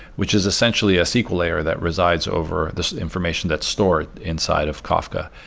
which is essentially a sql error that resides over this information that store it inside of kafka,